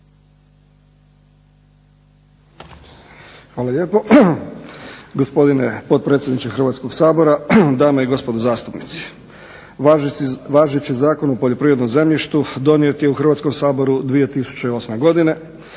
Hvala lijepo. Gospodine potpredsjedniče Hrvatskog sabora, dame i gospodo zastupnici. Važeći Zakon o poljoprivrednom zemljištu donijet je u Hrvatskom saboru 2008. godine